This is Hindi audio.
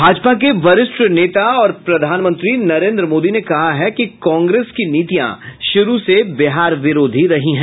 भाजपा के वरिष्ठ नेता और प्रधानमंत्री नरेंद्र मोदी ने कहा कि कांग्रेस की नीतियां शुरू से बिहार विरोधी रही हैं